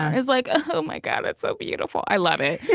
it's like oh, my god, that's so beautiful. i love it.